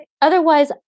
Otherwise